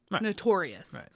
notorious